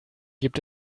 gibt